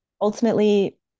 ultimately